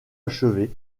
achevé